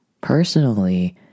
Personally